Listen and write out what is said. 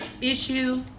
issue